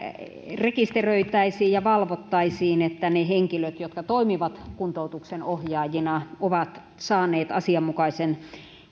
rekisteröitäisiin ja valvottaisiin että ne henkilöt jotka toimivat kuntoutuksen ohjaajina ovat saaneet asianmukaisen